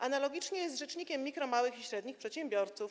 Analogicznie jest z rzecznikiem mikro-, małych i średnich przedsiębiorców.